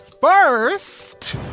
First